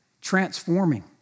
transforming